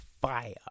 fire